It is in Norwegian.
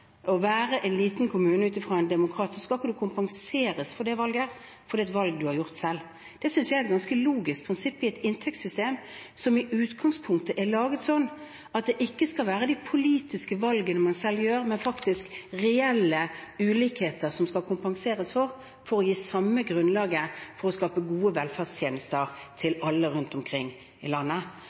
å være en liten kommune ut fra en demokratisk prosess, skal man ikke kunne kompenseres for det valget, for det er et valg man har gjort selv. Det synes jeg er et ganske logisk prinsipp for et inntektssystem som i utgangspunktet er laget sånn at det ikke skal være de politiske valgene man selv gjør, men faktisk reelle ulikheter man skal kompenseres for, for å gi det samme grunnlaget for å skape gode velferdstjenester til alle rundt omkring i landet.